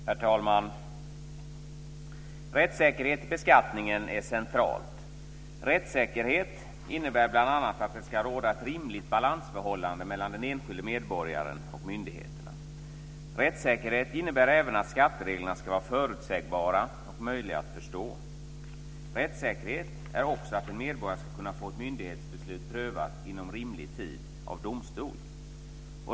Herr talman! Rättssäkerhet i beskattningen är centralt. Rättssäkerhet innebär bl.a. att det ska råda ett rimligt balansförhållande mellan den enskilde medborgaren och myndigheterna. Rättssäkerhet innebär även att skattereglerna ska vara förutsägbara och möjliga att förstå. Rättssäkerhet är också att en medborgare ska kunna få ett myndighetsbeslut prövat inom rimlig tid av domstol.